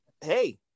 Hey